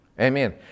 Amen